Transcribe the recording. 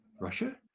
Russia